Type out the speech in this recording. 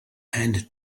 and